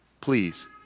please